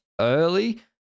early